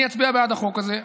אני אצביע בעד החוק הזה,